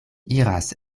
iras